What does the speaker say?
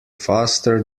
faster